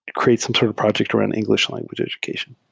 create some sort of project to run engl ish language education.